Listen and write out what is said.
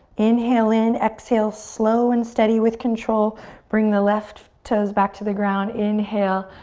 inhale in, exhale, slow and steady with control bring the left toes back to the ground. inhale,